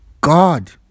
God